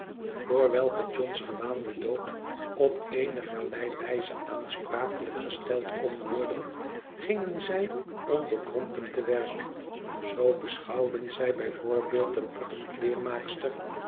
voor welke john's gewaande dood op eenigerlei wijze aansprakelijk gesteld kon worden gingen zij onbekrompen te werk zoo beschouwden zij bij voorbeeld de